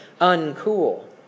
uncool